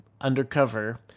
undercover